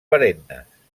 perennes